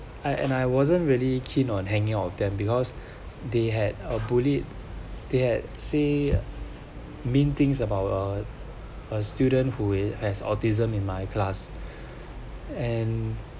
I and I wasn't really keen on hanging out them because they had a bullied they had say mean things about a a student who has autism in my class and